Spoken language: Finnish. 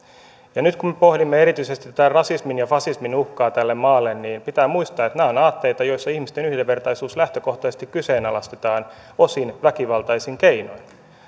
ja nyt kun me pohdimme erityisesti tätä rasismin ja fasismin uhkaa tälle maalle niin pitää muistaa että nämä ovat aatteita joissa ihmisten yhdenvertaisuus lähtökohtaisesti kyseenalaistetaan osin väkivaltaisin keinoin